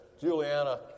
Juliana